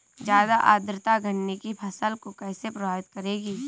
ज़्यादा आर्द्रता गन्ने की फसल को कैसे प्रभावित करेगी?